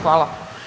Hvala.